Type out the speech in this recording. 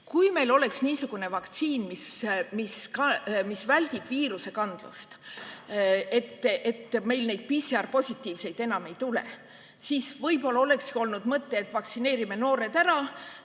Kui meil oleks niisugune vaktsiin, mis väldib viiruse edasikandvust, nii et meil PCR-positiivseid enam ei tuleks, siis võib-olla oleks olnud mõte, et vaktsineerime noored ära,